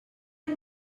and